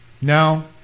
Now